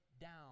down